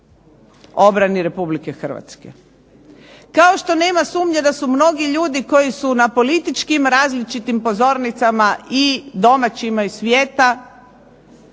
obrani Republike Hrvatske. Kao što nema sumnje da su mnogi ljudi koji su na političkim različitim pozornicama i domaćima i svijeta